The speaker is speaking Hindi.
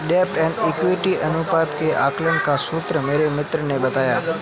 डेब्ट एंड इक्विटी अनुपात के आकलन का सूत्र मेरे मित्र ने बताया